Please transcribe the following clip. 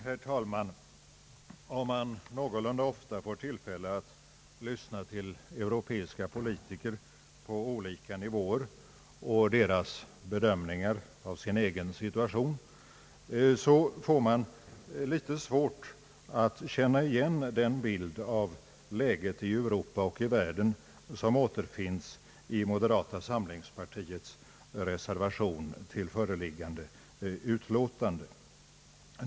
Herr talman! Om man någorlunda ofta får tillfälle att lyssna till europeiska politiker på olika nivåer och taga del av deras bedömningar av deras egen situation har man litet svårt att känna igen den bild av läget i Europa och i världen som återfinns i moderata samlingspartiets reservationer vid den nu behandlade punkten i föreliggande utlåtande.